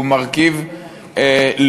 יש מרכיב לאומי,